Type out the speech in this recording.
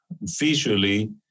visually